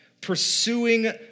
Pursuing